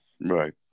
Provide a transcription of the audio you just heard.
Right